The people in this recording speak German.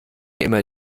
immer